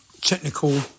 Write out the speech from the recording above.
technical